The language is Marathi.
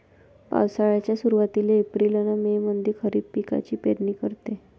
पावसाळ्याच्या सुरुवातीले एप्रिल अन मे मंधी खरीप पिकाची पेरनी करते